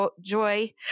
joy